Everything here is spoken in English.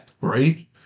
Right